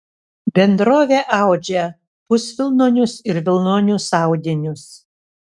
bendrovė audžia pusvilnonius ir vilnonius audinius